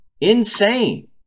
Insane